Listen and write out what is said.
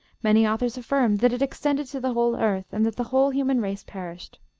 many authors affirm that it extended to the whole earth, and that the whole human race perished.